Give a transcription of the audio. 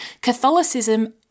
Catholicism